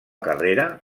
carrera